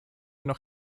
noch